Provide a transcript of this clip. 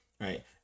right